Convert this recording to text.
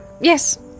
yes